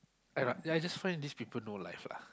I ra~ I just find these people no life lah